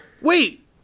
Wait